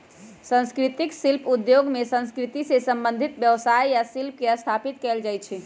संस्कृतिक शिल्प उद्योग में संस्कृति से संबंधित व्यवसाय आ शिल्प के स्थापित कएल जाइ छइ